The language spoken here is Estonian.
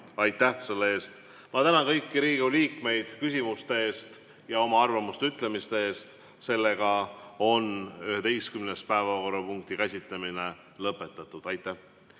Aitäh selle eest! Ma tänan kõiki Riigikogu liikmeid küsimuste eest ja oma arvamuste ütlemise eest. Sellega on 11. päevakorrapunkti käsitlemine lõpetatud. Suur